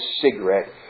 cigarette